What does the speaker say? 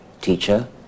teacher